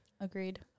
agreed